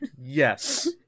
yes